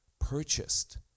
purchased